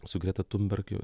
su greta thunberg